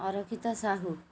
Arakshat Sahu